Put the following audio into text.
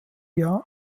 jahr